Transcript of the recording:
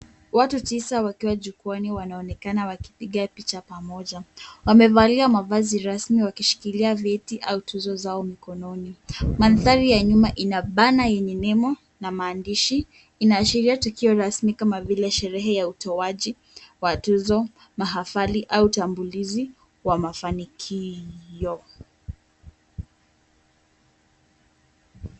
Watu tisa wakiwa jukwaani wanaonekana wakipiga picha pamoja. Wamevalia mavazi rasmi wakishikilia vyeti au tuzo zao mikononi. Mandhari ya nyuma ina banner lenye neno na maandishi. Inaashiria tukio rasmi kama vile sherehe ya utoaji wa tuzo, mahafali au utambulizi wa mafanikio.